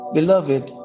Beloved